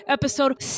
Episode